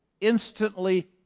instantly